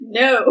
no